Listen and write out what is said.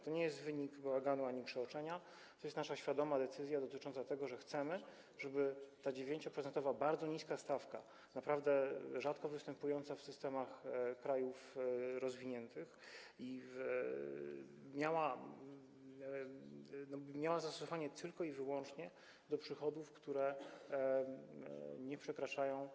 To nie jest wynik bałaganu ani przeoczenia, to jest nasza świadoma decyzja dotycząca tego, że chcemy, żeby ta 9-procentowa, bardzo niska stawka, naprawdę rzadko występująca w systemach krajów rozwiniętych, miała zastosowanie tylko i wyłącznie do przychodów, które nie przekraczają